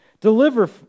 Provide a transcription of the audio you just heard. Deliver